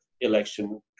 election